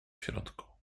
środku